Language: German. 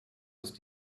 ist